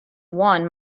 one